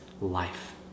life